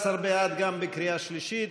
14 בעד גם בקריאה שלישית,